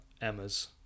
Emma's